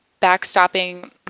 backstopping